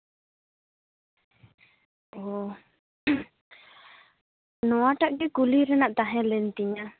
ᱚ ᱱᱚᱣᱟᱴᱟᱜ ᱜᱮ ᱠᱩᱞᱤ ᱨᱮᱱᱟᱜ ᱛᱟᱦᱮᱸᱞᱮᱱ ᱛᱤᱧᱟᱹ